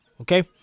Okay